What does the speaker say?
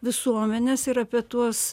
visuomenes ir apie tuos